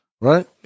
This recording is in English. Right